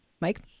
Mike